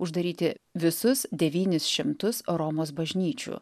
uždaryti visus devynis šimtus romos bažnyčių